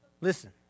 Listen